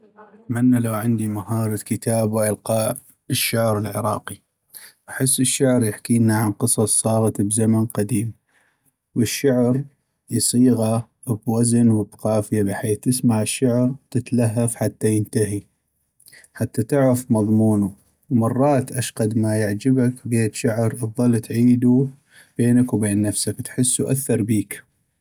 اتمنى لو عندي مهارة كتابة والقاء الشعر العراقي ، احس الشعر يحكيلنا عن قصص صاغت بزمن قديم ، والشعر يصيغا بوزن وبقافية بحيث تسمع الشعر وتتلهف حتى ينتهي حتى تعغف مضمونو ، ومرات اشقد ما يعجبك بيت شعر تضل اتعيدو بينك وبين نفسك تحسو أثر بيك.